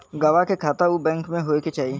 गवाह के खाता उ बैंक में होए के चाही